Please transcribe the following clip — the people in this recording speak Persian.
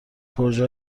پروژه